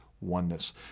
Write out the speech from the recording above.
oneness